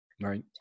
right